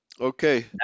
Okay